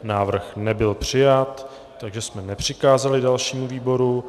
Návrh nebyl přijat, takže jsme nepřikázali dalšímu výboru.